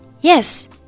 Yes